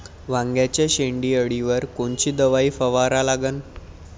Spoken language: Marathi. वांग्याच्या शेंडी अळीवर कोनची दवाई फवारा लागन?